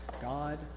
God